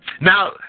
Now